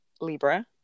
Libra